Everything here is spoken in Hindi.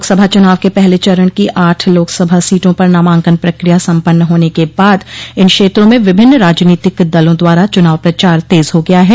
लोकसभा चूनाव के पहले चरण की आठ लोकसभा सीटों पर नामांकन प्रकिया सम्पन्न होने के बाद इन क्षेत्रों में विभिन्न राजनीतिक दलों द्वारा चुनाव प्रचार तेज हो गया है